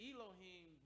Elohim